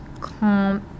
calm